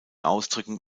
ausdrücken